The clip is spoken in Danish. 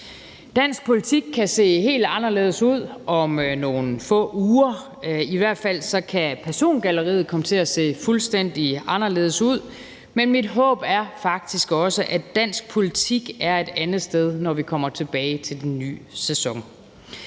Dansk politik kan se helt anderledes ud om nogle få uger. I hvert fald kan persongalleriet komme til at se fuldstændig anderledes ud, men mit håb er faktisk også, at dansk politik er et andet sted, når vi kommer tilbage til den nye sæson.